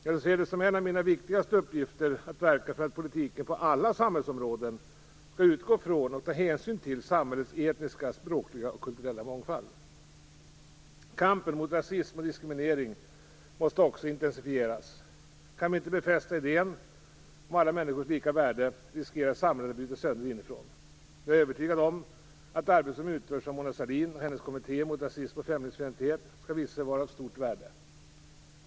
Jag ser det som en av mina viktigaste uppgifter att verka för att politiken på alla samhällsområden skall utgå från och ta hänsyn till samhällets etniska, språkliga och kulturella mångfald. Kampen mot rasism och diskriminering måste också intensifieras. Kan vi inte befästa idén om alla människors lika värde riskerar samhället att brytas sönder inifrån. Jag är övertygad om att det arbete som utförs av Mona Sahlin och hennes kommitté mot rasism och främlingsfientlighet skall visa sig vara av stort värde.